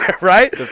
right